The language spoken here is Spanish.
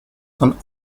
son